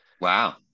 Wow